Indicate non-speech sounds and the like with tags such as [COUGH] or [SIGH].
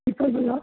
[UNINTELLIGIBLE]